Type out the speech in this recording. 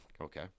Okay